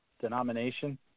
denomination